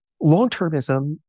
long-termism